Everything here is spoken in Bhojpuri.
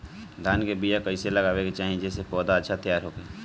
धान के बीया कइसे लगावे के चाही जेसे पौधा अच्छा तैयार होखे?